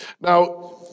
Now